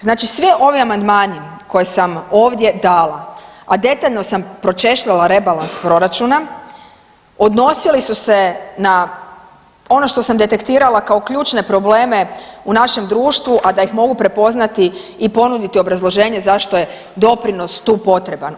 Znači, svi ovi amandmani koje sam ovdje dala, a detaljno sam pročešljala rebalans proračuna, odnosili su se na ono što sam detektirala kao ključne probleme u našem društvu, a da ih mogu prepoznati i ponuditi obrazloženje zašto je doprinos tu potreban.